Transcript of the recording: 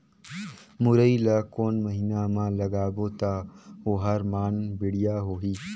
मुरई ला कोन महीना मा लगाबो ता ओहार मान बेडिया होही?